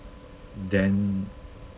then